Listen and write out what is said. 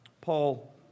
Paul